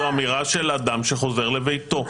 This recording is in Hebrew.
זאת אמירה של אדם שחוזר לביתו.